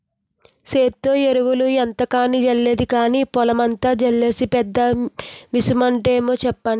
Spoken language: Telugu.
సేత్తో ఎరువులు ఎంతకని జల్లేది గానీ, పొలమంతా జల్లీసే పెద్ద మిసనుంటాదేమో సెప్పండి?